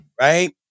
right